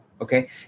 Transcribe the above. Okay